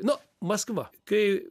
nu maskva kai